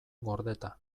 gordeta